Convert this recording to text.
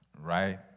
right